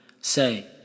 Say